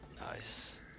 Nice